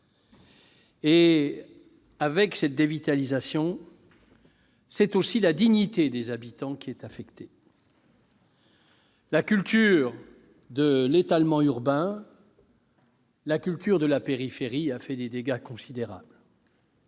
! Avec cette dévitalisation, c'est aussi la dignité des habitants qui est affectée. La culture de l'étalement urbain, la culture de la périphérie, a fait des dégâts considérables.